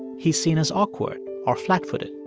he's seen as awkward or flatfooted.